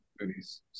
movies